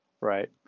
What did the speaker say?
right